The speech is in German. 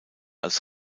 als